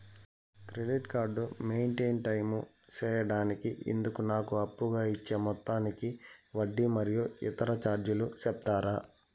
Credit card maintain time సేయడానికి ఇందుకు నాకు అప్పుగా ఇచ్చే మొత్తానికి వడ్డీ మరియు ఇతర చార్జీలు సెప్తారా?